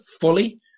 fully